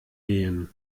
gehen